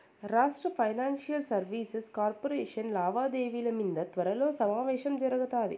రాష్ట్ర financial services corporation లావాదేవిల మింద త్వరలో సమావేశం జరగతాది